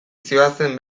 zihoazen